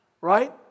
right